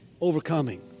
overcoming